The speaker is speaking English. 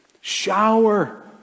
Shower